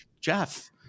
Jeff